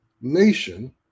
nation